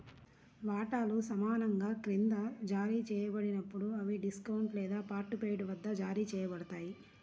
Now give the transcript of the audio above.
వాటాలు సమానంగా క్రింద జారీ చేయబడినప్పుడు, అవి డిస్కౌంట్ లేదా పార్ట్ పెయిడ్ వద్ద జారీ చేయబడతాయి